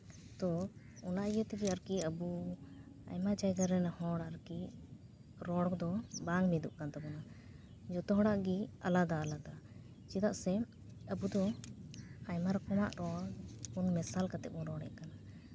ᱛᱚ ᱚᱱᱟ ᱤᱭᱟᱹ ᱛᱮᱜᱮ ᱟᱨᱠᱤ ᱟᱵᱚ ᱟᱭᱢᱟ ᱡᱟᱭᱜᱟ ᱨᱮᱱ ᱦᱚᱲ ᱟᱨᱠᱤ ᱨᱚᱲ ᱫᱚ ᱵᱟᱝ ᱢᱤᱫᱚᱜ ᱠᱟᱱ ᱛᱟᱵᱚᱱᱟ ᱡᱚᱛᱚ ᱦᱚᱲᱟᱜ ᱜᱮ ᱟᱞᱟᱫᱟ ᱟᱞᱟᱫᱟ ᱪᱮᱫᱟᱜ ᱥᱮ ᱟᱵᱚ ᱫᱚ ᱟᱭᱢᱟ ᱨᱚᱠᱚᱢᱟᱜ ᱨᱚᱲ ᱢᱮᱥᱟᱞ ᱠᱟᱛᱮ ᱵᱚᱱ ᱨᱚᱲᱮᱜ ᱠᱟᱱᱟ